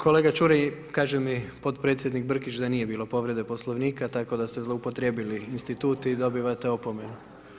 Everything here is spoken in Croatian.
Kolega Čuraj, kaže mi potpredsjednik Brkić da nije povrede Poslovnika tako da ste zloupotrijebili institut i dobivate opomenu.